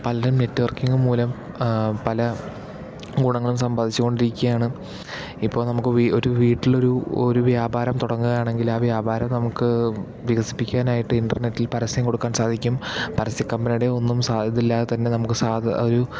പല നെറ്റ്വർക്കിംഗ് മൂലം ആ പല ഗുണങ്ങളും സമ്പാദിച്ചുക്കൊണ്ടിരിക്കയാണ് ഇപ്പോൾ നമുക്ക് വി ഒരു വീട്ടിലൊരു ഒരു വ്യാപാരം തുടങ്ങുകയാണെങ്കില് ആ വ്യാപാരം നമുക്ക് വികസിപിക്കാനായിട്ട് ഇൻറ്റർനെറ്റിൽ പരസ്യം കൊടുക്കാൻ സാധിക്കും പരസ്യകമ്പിനികളുടെ ഒന്നും സ ഇതില്ലിതാതെ തന്നേ നമുക്ക് സാ ഒരു